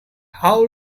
how